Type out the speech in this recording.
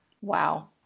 Wow